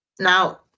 Now